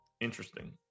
Interesting